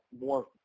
more